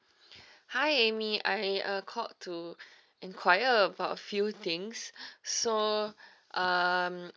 hi amy I uh called to inquire about few things so um